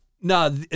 no